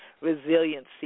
resiliency